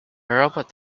robot